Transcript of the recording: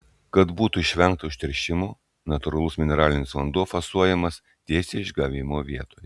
kad būtų išvengta užteršimo natūralus mineralinis vanduo fasuojamas tiesiai išgavimo vietoje